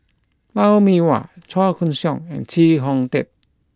Lou Mee Wah Chua Koon Siong and Chee Kong Tet